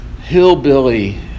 hillbilly